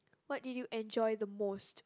what do you enjoy the most